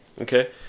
Okay